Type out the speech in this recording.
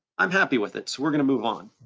i'm happy with it, so we're gonna move on.